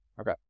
Okay